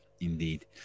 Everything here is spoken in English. indeed